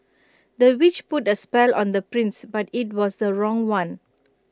the witch put A spell on the prince but IT was the wrong one